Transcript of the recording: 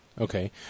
Okay